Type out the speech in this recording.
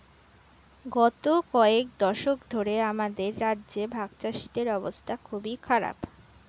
গত কয়েক দশক ধরে আমাদের রাজ্যে ভাগচাষীদের অবস্থা খুবই খারাপ